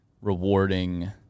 rewarding